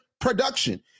production